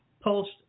post